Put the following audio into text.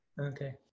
Okay